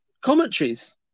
commentaries